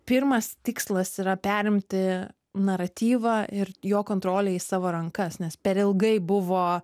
pirmas tikslas yra perimti naratyvą ir jo kontrolę į savo rankas nes per ilgai buvo